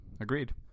Agreed